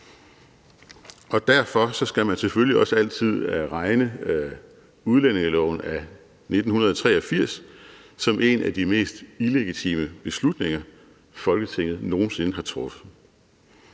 Og derfor skal man selvfølgelig også altid regne udlændingeloven af 1983 som en af de mest illegitime beslutninger, Folketinget nogen sinde har truffet.